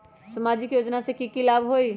सामाजिक योजना से की की लाभ होई?